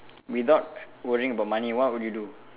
without worrying about money what would you do